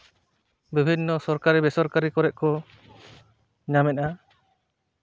ᱵᱤᱵᱷᱤᱱᱱᱚ ᱥᱚᱨᱠᱟᱨᱤ ᱵᱮᱥᱚᱨᱠᱟᱨᱤ ᱠᱚᱨᱮᱫ ᱠᱚ ᱧᱟᱢ ᱮᱫᱼᱟ